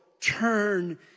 turn